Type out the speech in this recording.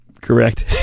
Correct